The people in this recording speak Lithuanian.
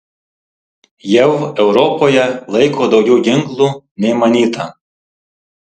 jav europoje laiko daugiau ginklų nei manyta